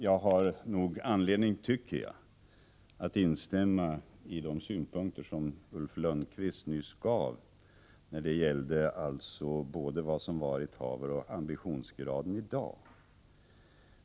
Jag har nog anledning, tycker jag, att instämma i de synpunkter som Ulf Lönnqvist nyss gav uttryck åt när det gällde både vad som varit haver och vad som är ambitionsgraden i dag.